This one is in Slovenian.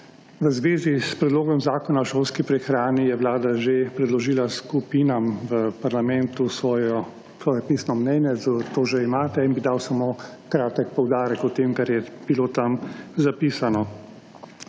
V zvezi s predlogom zakona o šolski prehrani je vlada že predložila skupinam v parlamentu svojo pisno mnenje. To že imate in bi dal samo kratek poudarek o tem, kar je bilo tam zapisano.